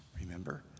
Remember